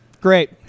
Great